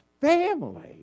family